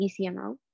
ECMO